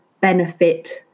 benefit